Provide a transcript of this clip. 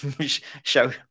show